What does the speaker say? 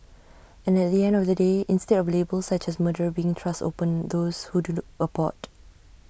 and at the end of the day instead of labels such as murderer being thrust upon those who do abort